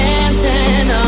Dancing